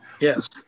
yes